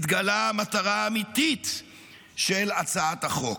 מתגלה המטרה האמיתית של הצעת החוק.